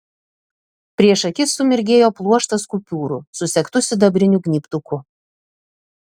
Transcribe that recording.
prieš akis sumirgėjo pluoštas kupiūrų susegtų sidabriniu gnybtuku